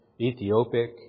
Ethiopic